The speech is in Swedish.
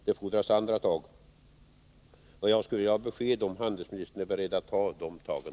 Det fordras andra tag, och jag skulle vilja ha ett besked, om handelsministern är beredd att ta de tagen.